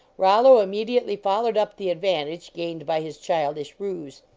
rollo immediately followed up the advantage gained by his childish ruse.